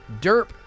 Derp